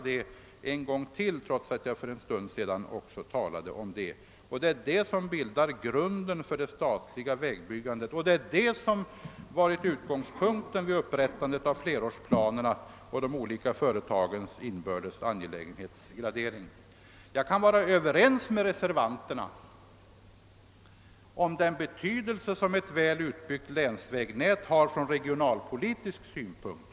Det är det som bildar grunden för det statliga vägbyggandet och som varit utgångspunkten vid upprättandet av flerårsplanerna och vid graderingen av de olika företagens inbördes angelägenhet. Jag kan vara överens med reservanterna om ett väl utbyggt länsvägnäts betydelse ur regionalpolitisk synpunkt.